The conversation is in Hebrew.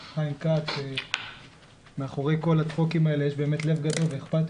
2. תחילתו של צו זה ביום י"ב באלול התש"ף (1 בספטמבר 2020) (להלן,